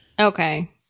Okay